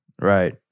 Right